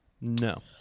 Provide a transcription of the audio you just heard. No